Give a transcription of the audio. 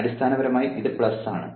അടിസ്ഥാനപരമായി ഇത് ആണ്